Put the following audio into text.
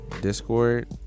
discord